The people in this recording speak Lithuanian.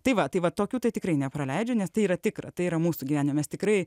tai va tai va tokių tai tikrai nepraleidžiu nes tai yra tikra tai yra mūsų gyvenimas tikrai